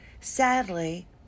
Sadly